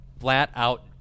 flat-out